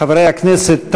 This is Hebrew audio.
חברי הכנסת,